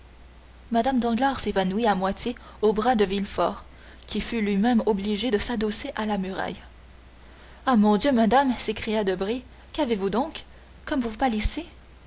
mme danglars s'évanouit à moitié au bras de villefort qui fut lui-même obligé de s'adosser à la muraille ah mon dieu madame s'écria debray qu'avez-vous donc comme vous pâlissez